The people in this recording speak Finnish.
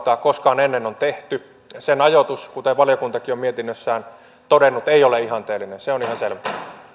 koskaan ennen on tehty sen ajoitus kuten valiokuntakin on mietinnössään todennut ei ole ihanteellinen se on ihan selvä